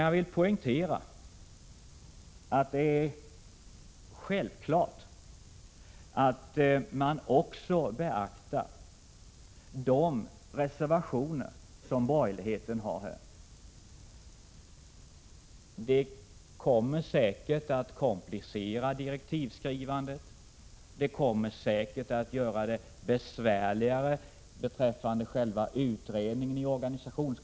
Jag vill emellertid poängtera att man också bör beakta de reservationer som borgerligheten här har avgett. Det kommer säkerligen att komplicera direktivskrivandet och göra det besvärligare för själva utredningen.